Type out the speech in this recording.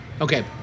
Okay